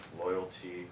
loyalty